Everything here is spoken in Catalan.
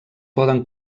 poden